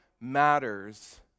matters